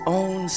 own